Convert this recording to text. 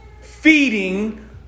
feeding